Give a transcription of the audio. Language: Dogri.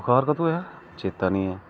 बखार कदूं होआ चेता नेईं ऐ